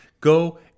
Go